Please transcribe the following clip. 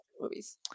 Movies